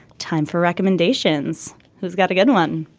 time for recommendations. who's got a good one